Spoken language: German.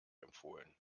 empfohlen